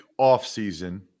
offseason